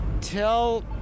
tell